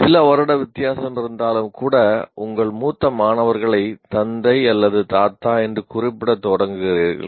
சில வருட வித்தியாசம் இருந்தாலும் கூட உங்கள் மூத்த மாணவர்களை தந்தை அல்லது தாத்தா என்று குறிப்பிடத் தொடங்குகிறீர்கள்